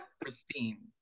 pristine